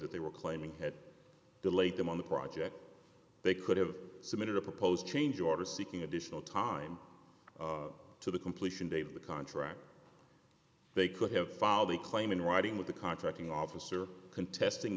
that they were claiming had delayed them on the project they could have submitted a proposed change order seeking additional time to the completion date of the contract they could have filed a claim in writing with the contracting officer contesting